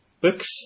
books